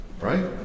right